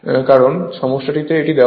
কারণ সমস্যাটিতে এটি দেওয়া হয়েছে